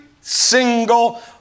single